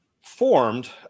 formed